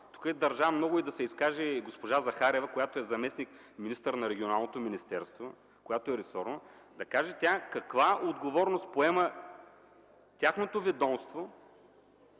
Тук държа много да се изкаже и госпожа Захариева, която е заместник-министър на Регионалното министерство, което е ресорно, да каже каква отговорност поема тяхното ведомство